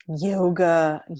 yoga